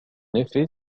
effet